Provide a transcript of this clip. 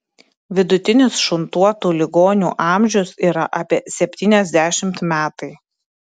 vidutinis šuntuotų ligonių amžius yra apie septyniasdešimt metai